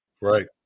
Right